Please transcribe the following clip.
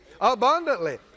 Abundantly